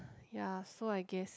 ya so I guess